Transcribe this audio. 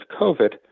COVID